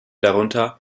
darunter